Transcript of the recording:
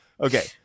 Okay